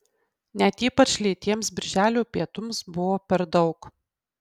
net ypač lėtiems birželio pietums buvo per daug